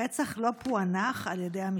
הרצח לא פוענח על ידי המשטרה.